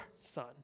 son